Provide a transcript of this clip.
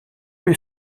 lui